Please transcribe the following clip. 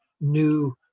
new